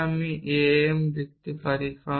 তবে আমি am লিখতে পারি